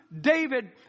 David